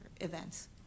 events